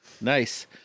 Nice